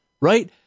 right